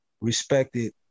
respected